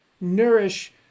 nourish